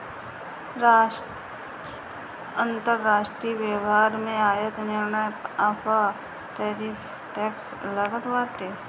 अंतरराष्ट्रीय व्यापार में आयात निर्यात पअ टैरिफ टैक्स लागत बाटे